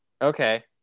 Okay